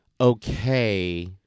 okay